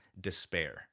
despair